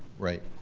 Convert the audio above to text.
right.